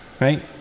right